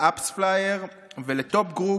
ל-AppsFlyer, ל-Top Group,